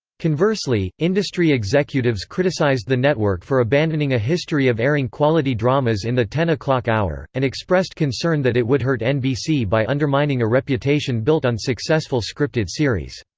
conversely, industry executives criticized the network for abandoning a history of airing quality dramas in the ten zero hour, and expressed concern that it would hurt nbc by undermining a reputation built on successful scripted series.